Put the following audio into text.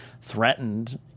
threatened